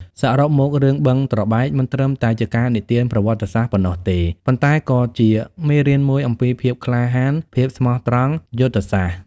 សរុបមក រឿង "បឹងត្របែក" មិនត្រឹមតែជាការនិទានប្រវត្តិសាស្ត្រប៉ុណ្ណោះទេ ប៉ុន្តែក៏ជាមេរៀនមួយអំពីភាពក្លាហាន ភាពស្មោះត្រង់ យុទ្ធសាស្ត្រ។